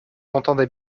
entendez